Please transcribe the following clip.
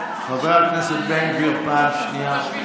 חבר הכנסת בן גביר, מספיק.